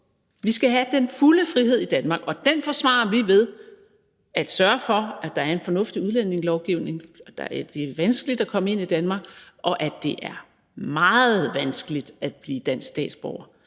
Vi skal have den fulde frihed i Danmark, og den forsvarer vi ved at sørge for, at der er en fornuftig udlændingelovgivning, at det er vanskeligt at komme ind i Danmark, og at det er meget vanskeligt at blive dansk statsborger.